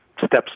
steps